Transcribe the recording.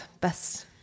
best